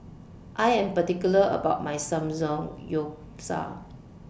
I Am particular about My Samgeyopsal